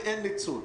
ואין ניצול.